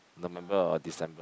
November or December